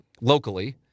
locally